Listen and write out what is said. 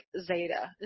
Zeta